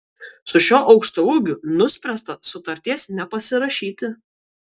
su šiuo aukštaūgiu nuspręsta sutarties nepasirašyti